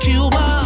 Cuba